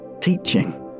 teaching